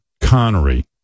Connery